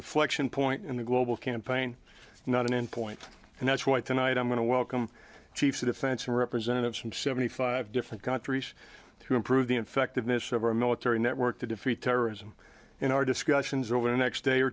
inflection point in the global campaign not an end point and that's why tonight i'm going to welcome chiefs of defense and representatives from seventy five different countries to improve the effectiveness of our military network to defeat terrorism in our discussions over the next day or